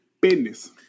business